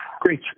Great